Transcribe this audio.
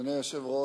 אדוני היושב-ראש,